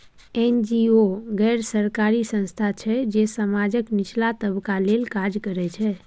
NGO गैर सरकारी संस्था छै जे समाजक निचला तबका लेल काज करय छै